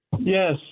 yes